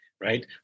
right